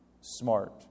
smart